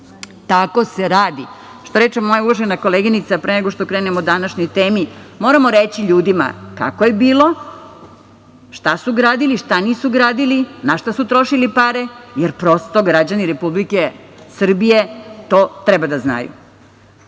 Tako se radi. Što reče moja uvažena koleginica, pre nego što krenemo o današnjoj temi, moramo reći ljudima kako je bilo, šta su gradili, šta nisu gradili, na šta su trošili pare, jer prosto građani Republike Srbije to treba da